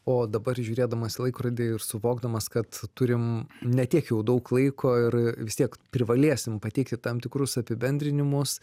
o dabar žiūrėdamas į laikrodį ir suvokdamas kad turim ne tiek jau daug laiko ir vis tiek privalėsim pateikti tam tikrus apibendrinimus